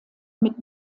mit